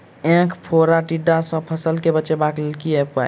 ऐंख फोड़ा टिड्डा सँ फसल केँ बचेबाक लेल केँ उपाय?